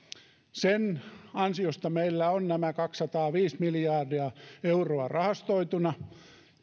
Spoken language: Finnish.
sen ansiosta meillä on nämä kaksisataaviisi miljardia euroa rahastoituna